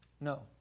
No